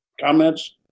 comments